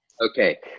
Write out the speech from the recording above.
okay